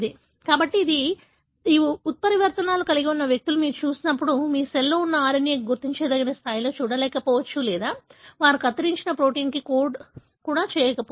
కాబట్టి ఈ ఉత్పరివర్తనాలను కలిగి ఉన్న వ్యక్తులను మీరు చూసినప్పుడు మీరు సెల్లో ఉన్న RNA ను గుర్తించదగిన స్థాయిలో చూడలేకపోవచ్చు లేదా వారు కత్తిరించిన ప్రోటీన్కు కోడ్ కూడా చేయకపోవచ్చు